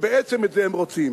שבעצם את זה הם רוצים.